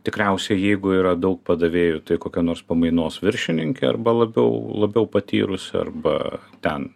tikriausiai jeigu yra daug padavėjų tai kokia nors pamainos viršininkė arba labiau labiau patyrusi arba ten